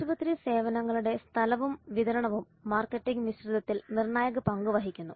ആശുപത്രി സേവനങ്ങളുടെ സ്ഥലവും വിതരണവും മാർക്കറ്റിംഗ് മിശ്രിതത്തിൽ നിർണായക പങ്ക് വഹിക്കുന്നു